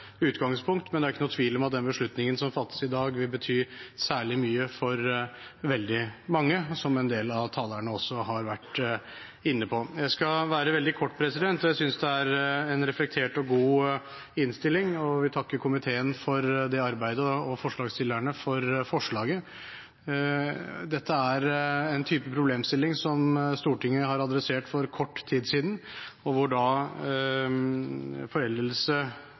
ikke noen tvil om at den beslutningen som fattes i dag, vil bety særlig mye for veldig mange, som en del av talerne også har vært inne på. Jeg skal være veldig kort. Jeg synes det er en reflektert og god innstilling og vil takke komiteen for arbeidet og forslagsstillerne for forslaget. Dette er en type problemstilling som Stortinget har adressert for kort tid siden, og hvor foreldelse